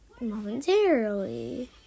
momentarily